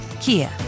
Kia